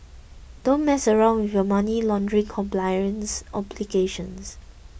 don't mess around with your money laundering compliance obligations